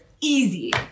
Easy